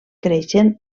creixen